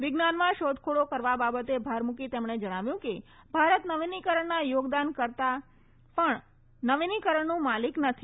વિજ્ઞાનમાં શોધખોળો કરવા બાબતે ભાર મુકી તેમણે જણાવ્યું કે ભારત નવીનીકરણના યોગદાન કરતાં છે પણ નવીનીકરણનું માલીક નથી